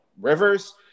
Rivers